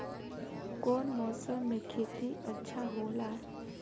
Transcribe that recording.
कौन मौसम मे खेती अच्छा होला?